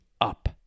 up